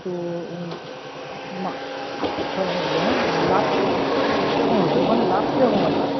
তো ও মা স্বল্প মূল্যে হ্যাঁ লাভটা কীরকম হবে ওখানে লাভ কীরকম আছে